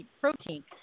Protein